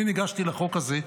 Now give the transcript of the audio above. אני ניגשתי לחוק הזה,